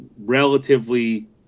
relatively